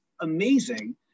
amazing